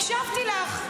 הקשבתי לך.